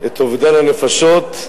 את אובדן הנפשות,